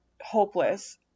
hopeless